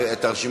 מהרשימה